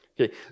Okay